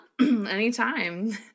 anytime